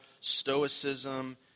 stoicism